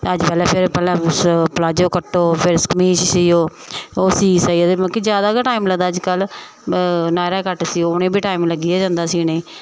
अज्जकल फिर पैह्लें प्लाजो कट्टो फिर कमीच सियो ओह् सी सूइयै ते मतलब जादा गै टाइम लगदा अज्जकल नायरा कट सियो उ'नेंगी बी टाइम लग्गी गै जंदा सीने गी